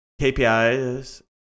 KPIs